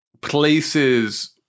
places